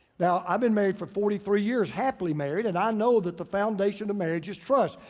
now, i've been married for forty three years happily married. and i know that the foundation of marriage is trust.